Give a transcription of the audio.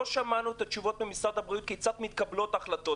לא שמענו ממשרד הבריאות כיצד מתקבלות ההחלטות,